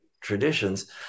traditions